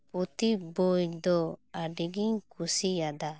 ᱯᱩᱛᱷᱤ ᱵᱳᱭ ᱫᱚ ᱟᱹᱰᱤ ᱜᱤᱧ ᱠᱩᱥᱤᱭᱟᱫᱟ